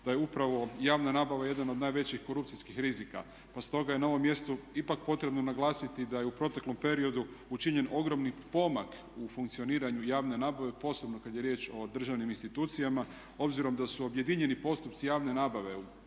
da je upravo javna nabava jedan od najvećih korupcijskih rizika. Pa stoga je na ovom mjestu ipak potrebno naglasiti da je u proteklom periodu učinjen ogromni pomak u funkcioniranju javne nabave posebno kad je riječ o državnim institucijama, obzirom da su objedinjeni postupci javne nabave.